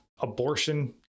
abortion